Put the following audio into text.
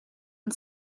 and